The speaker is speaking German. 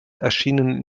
erschienen